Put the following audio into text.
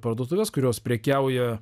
parduotuves kurios prekiauja